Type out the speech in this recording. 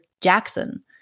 Jackson